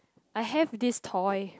I have this toy